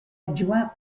adjoint